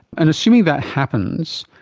and assuming that happens,